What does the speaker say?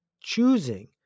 choosing